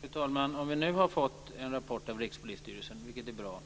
Fru talman! När vi nu har fått en rapport från Rikspolisstyrelsen, vilket är bra,